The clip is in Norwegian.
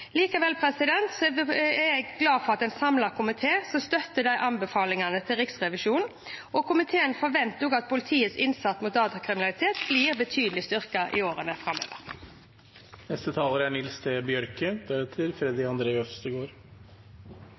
Likevel er jeg glad for at det er en samlet komité som støtter anbefalingene til Riksrevisjonen. Komiteen forventer at politiets innsats mot datakriminalitet blir betydelig styrket i årene framover.